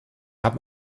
haben